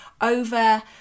over